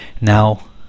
Now